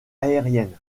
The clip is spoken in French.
aérienne